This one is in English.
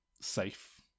safe